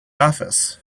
office